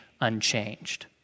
unchanged